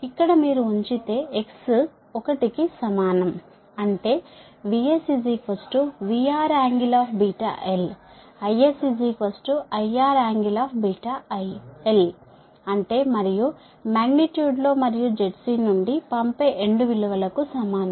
ఇక్కడ మీరు ఉంచితే x l కు సమానం అంటే VSVRㄥl IS ㄥl అంటేమరియు మాగ్నిట్యూడ్ లో మరియు Zc నుండి పంపే ఎండ్ విలువలకు సమానం